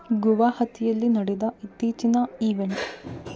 ಗುವಾಹತಿಯಲ್ಲಿ ನಡೆದ ಇತ್ತೀಚಿನ ಈವೆಂಟ್